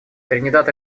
тринидад